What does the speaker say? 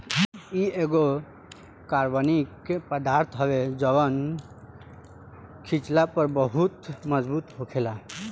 इ एगो कार्बनिक पदार्थ हवे जवन खिचला पर बहुत मजबूत होखेला